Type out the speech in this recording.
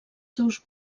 seus